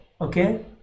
okay